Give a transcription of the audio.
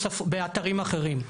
באתרים אחרים,